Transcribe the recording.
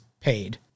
paid